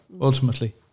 Ultimately